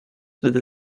through